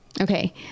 Okay